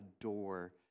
adore